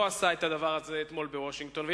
לא עשה את הדבר הזה אתמול בוושינגטון.